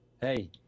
hey